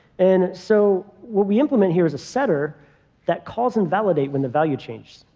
and so what we implement here is a setter that calls invalidate when the value changes.